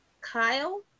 Kyle